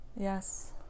yes